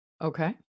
Okay